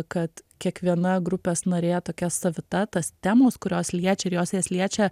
kad kiekviena grupės narė tokia savita tas temos kurios liečia ir jos jas liečia